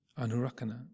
anurakana